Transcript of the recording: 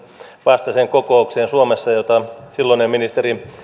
vastaiseen kokoukseen suomessa mitä silloinen ministeri